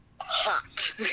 Hot